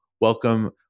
welcome